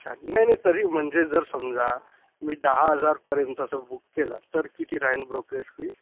अच्छा नाही नाही तरी म्हणजे जर समजा मी दहा हजारपर्यंतचं बुक केलं तर किती राहीन ब्रोकरेज फीस